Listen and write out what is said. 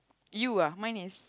you are mine is